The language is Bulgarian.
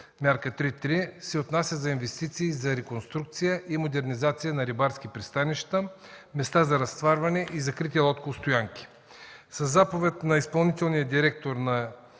Мярка 3.3, се отнася за инвестиции, за реконструкция и модернизация на рибарски пристанища, места за разтоварване и закрити лодкостоянки. Със заповед на изпълнителния директор на